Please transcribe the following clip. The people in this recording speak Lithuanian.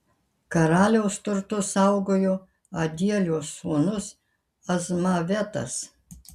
karaliaus turtus saugojo adielio sūnus azmavetas